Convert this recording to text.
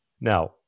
Now